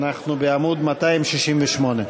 אנחנו בעמוד 268. זה